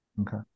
okay